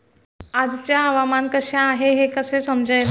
आजचे हवामान कसे आहे हे कसे समजेल?